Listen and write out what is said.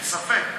אין ספק,